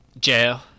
Jail